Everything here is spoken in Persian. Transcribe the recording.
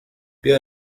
بیا